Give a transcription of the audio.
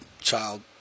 child